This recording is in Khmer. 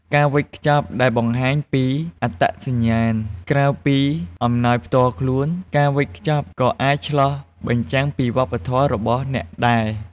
ការវេចខ្ចប់ដែលបង្ហាញពីអត្តសញ្ញាណ: ក្រៅពីអំណោយខ្លួនឯង ការវេចខ្ចប់ក៏អាចឆ្លុះបញ្ចាំងពីវប្បធម៌របស់អ្នកដែរ។